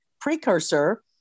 precursor